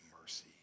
mercy